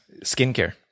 skincare